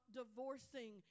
divorcing